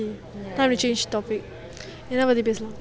okay now we change topic எதை பத்தி பேசலாம்:ethai pathi peasalaam